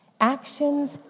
Actions